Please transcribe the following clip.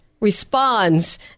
responds